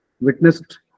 witnessed